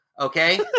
Okay